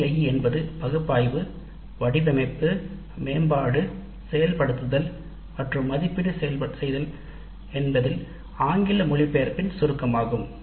ADDIE என்பது பகுப்பாய்வு வடிவமைப்பு அபிவிருத்தி நடைமுறைப்படுத்துதல் மற்றும் மதிப்பீடு செய்தல் என்பதின் ஆங்கில மொழிபெயர்ப்பில் சுருக்கமாகும்